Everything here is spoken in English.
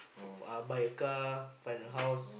hopeful buy a car buy a house